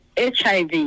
HIV